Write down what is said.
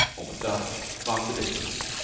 almost dutch, marked the difference.